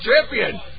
champion